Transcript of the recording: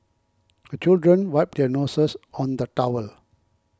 the children wipe their noses on the towel